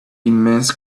immense